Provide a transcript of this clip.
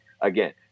again